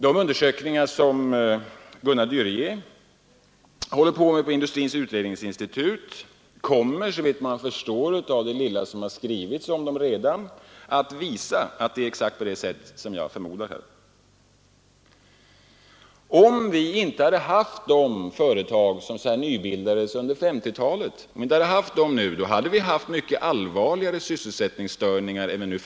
De undersökningar som Gunnar Du Rietz håller på med inom Industrins utredningsinstitut kommer, såvitt jag förstår av det lilla som redan redovisats, att visa att det är exakt på det sättet. Om vi inte hade haft de företag som nybildades under 1950-talet, hade vi nu haft mycket allvarligare sysselsättningsstörningar.